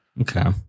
Okay